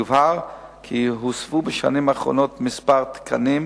יובהר כי הוספו בשנים האחרונות כמה תקנים,